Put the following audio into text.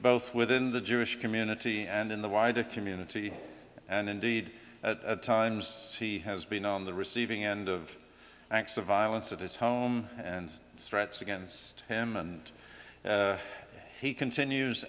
both within the jewish community and in the wider community and indeed at times he has been on the receiving end of acts of violence at his home and threats against him and he continues